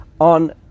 on